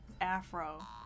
afro